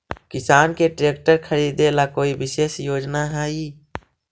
किसान के ट्रैक्टर खरीदे ला कोई विशेष योजना हई?